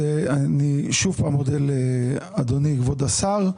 אני שוב מודה לאדוני כבוד השר.